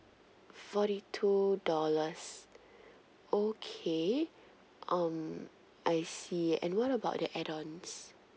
forty two dollars okay um I see and what about the add ons